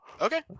Okay